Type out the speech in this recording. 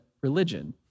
religion